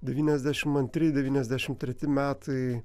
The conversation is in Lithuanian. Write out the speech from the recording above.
devyniasdešimt antri devyniasdešimt treti metai